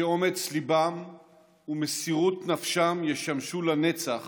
שאומץ ליבם ומסירות נפשם ישמשו לנצח